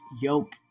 yoke